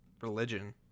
religion